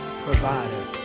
provider